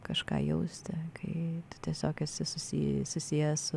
kažką jausti kai tiesiog esi susi susijęs su